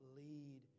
lead